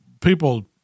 People